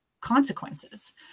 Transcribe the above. consequences